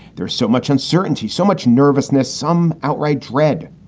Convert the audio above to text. there's so much uncertainty, so much nervousness, some outright dread.